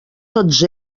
tots